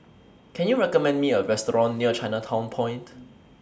Can YOU recommend Me A Restaurant near Chinatown Point